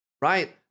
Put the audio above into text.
right